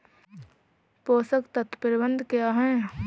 पोषक तत्व प्रबंधन क्या है?